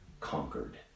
conquered